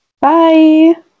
bye